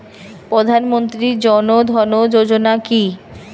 প্রধান মন্ত্রী জন ধন যোজনা কি?